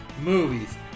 movies